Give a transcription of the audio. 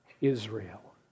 Israel